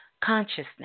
consciousness